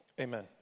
Amen